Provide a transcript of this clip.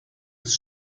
ist